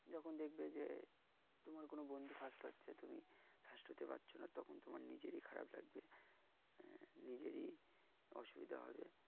যখন দেখবে যে তোমার কোনো বন্ধু ফার্স্ট হচ্ছে তুমি ফার্স্ট হতে পারছ না তখন তোমার নিজেরই খারাপ লাগবে নিজেরই অসুবিধা হবে